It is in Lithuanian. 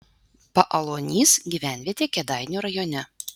paaluonys gyvenvietė kėdainių rajone